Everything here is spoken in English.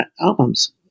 albums